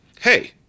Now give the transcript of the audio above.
hey